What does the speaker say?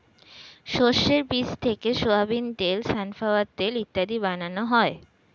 শস্যের বীজ থেকে সোয়াবিন তেল, সানফ্লাওয়ার তেল ইত্যাদি বানানো হয়